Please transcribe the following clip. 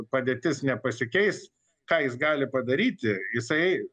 padėtis nepasikeis ką jis gali padaryti jisai